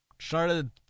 started